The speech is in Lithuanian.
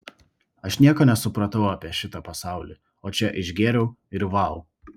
aš nieko nesupratau apie šitą pasaulį o čia išgėriau ir vau